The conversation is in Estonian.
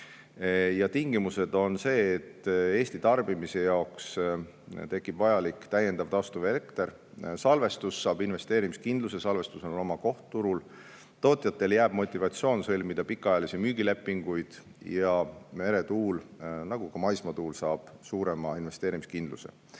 Ja tingimused on sellised, et Eesti tarbimise jaoks tekib vajalik täiendav taastuvelekter; salvestus saab investeerimiskindluse, salvestusel on oma koht turul; tootjatele jääb motivatsioon sõlmida pikaajalisi müügilepinguid; ja meretuul nagu ka maismaatuul saab suurema investeerimiskindluse.